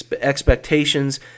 expectations